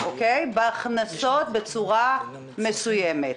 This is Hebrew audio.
בהכנסות בצורה מסוימת.